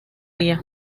día